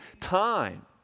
time